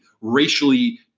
racially